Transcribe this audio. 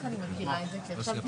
מי נגד?